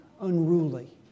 unruly